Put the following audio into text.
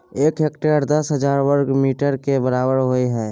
एक हेक्टेयर दस हजार वर्ग मीटर के बराबर होय हय